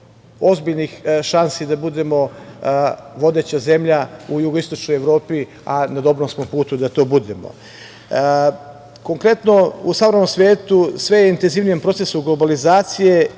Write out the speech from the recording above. ozbiljnih šansi da budemo vodeća zemlja u jugoistočnoj Evropi, a na dobrom smo putu da to budemo. Konkretno, u savremenom svetu, sve intenzivnijem procesu globalizacije